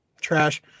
Trash